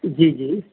ਜੀ ਜੀ